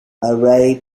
array